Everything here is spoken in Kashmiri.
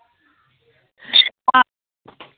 آ